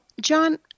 John